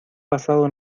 pasado